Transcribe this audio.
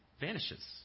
vanishes